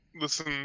Listen